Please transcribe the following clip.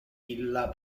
illa